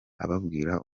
ababwira